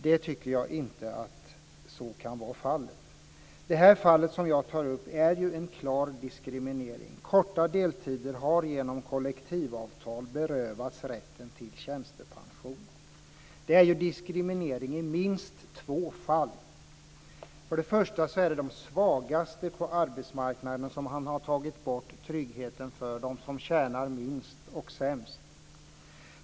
Så kan inte vara fallet. Det fall som jag tar upp innebär en klar diskriminering. Deltidsanställda har genom kollektivavtal berövats rätten till tjänstepension. Det är diskriminering i minst två fall. För det första är det de svagaste på arbetsmarknaden som man har tagit bort tryggheten för, de som tjänar minst.